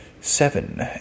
seven